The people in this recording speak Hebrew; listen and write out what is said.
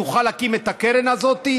תוכל להקים את הקרן הזאת,